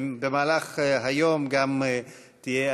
במהלך היום תהיה,